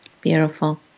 Beautiful